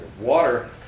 water